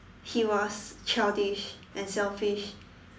he was childish and selfish